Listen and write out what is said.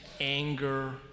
anger